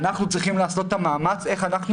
אנחנו צריכים לעשות מאמץ ולחשוב איך אנחנו